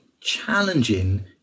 challenging